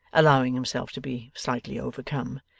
allowing himself to be slightly overcome,